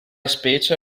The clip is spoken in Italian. specie